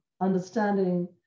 understanding